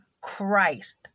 Christ